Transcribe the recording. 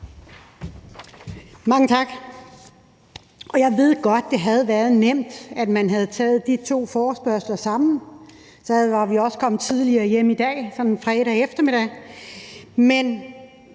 Mange tak. Jeg ved godt, at det havde været nemt, hvis man havde taget de to forespørgsler sammen – så var vi også kommet tidligere hjem i dag, her sådan en fredag eftermiddag. Men